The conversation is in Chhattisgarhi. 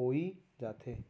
होई जाथे